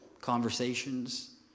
conversations